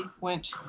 Went